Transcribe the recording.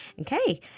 Okay